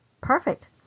perfect